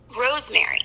rosemary